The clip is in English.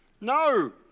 No